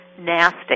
Nasty